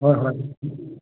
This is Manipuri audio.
ꯍꯣꯏ ꯍꯣꯏ